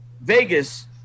vegas